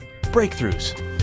Breakthroughs